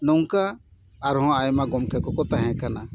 ᱱᱚᱝᱠᱟ ᱟᱨᱦᱚᱸ ᱟᱭᱢᱟ ᱜᱚᱢᱠᱮ ᱠᱚᱠᱚ ᱛᱟᱦᱮᱸ ᱠᱟᱱᱟ